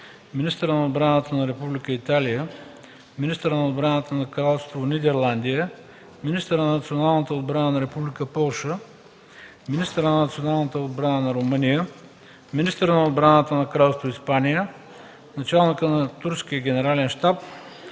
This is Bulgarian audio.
министъра на отбраната на Република Италия, министъра на отбраната на Кралство Нидерландия, министъра на националната отбрана на Република Полша, министъра на националната отбрана на Румъния, министъра на отбраната на Кралство Испания, началника на Турския Генерален щаб,